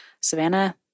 Savannah